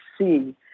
see